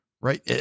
right